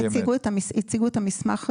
הציגו את המסמך הזה,